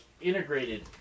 integrated